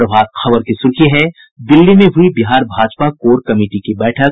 प्रभात खबर की सुर्खी है दिल्ली में हुयी बिहार भाजपा कोर कमिटी की बैठक